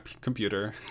computer